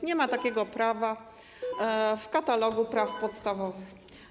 Nie ma takiego prawa w katalogu praw podstawowych.